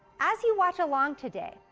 as you watch along today,